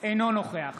אינו נוכח